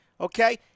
okay